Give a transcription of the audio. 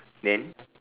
then